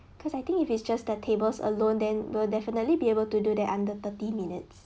because I think if it's just the tables alone then we'll definitely be able to do that under thirty minutes